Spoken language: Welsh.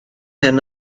hyn